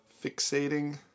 fixating